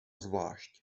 zvlášť